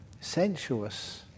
sensuous